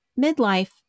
midlife